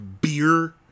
beer